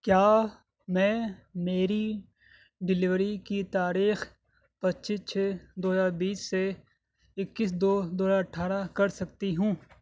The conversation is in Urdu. کیا میں میری ڈیلیوری کی تاریخ پچیس چھ دو ہزار بیس سے اکیس دو دو ہزار اٹھارہ کر سکتی ہوں